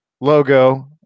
logo